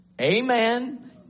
amen